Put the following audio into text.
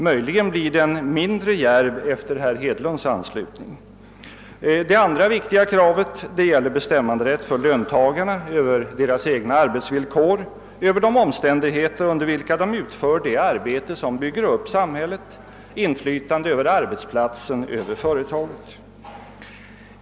Möjligen blir den mindre djärv efter herr Hedlunds anslutning. Det andra viktiga kravet gäller bestämmanderätten för löntagarna över sina egna arbetsvillkor, över de omständigheter under vilka de utför det arbete som bygger upp samhället, inflytande över arbetsplatsen och över företaget.